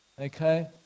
okay